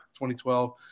2012